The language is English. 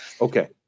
Okay